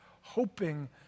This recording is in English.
hoping